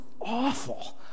awful